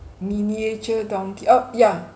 miniature donkey oh yeah